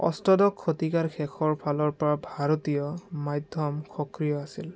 অষ্টদশ শতিকাৰ শেষৰফালৰ পৰা ভাৰতীয় মাধ্যম সক্ৰিয় আছিল